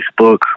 Facebook